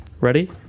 Ready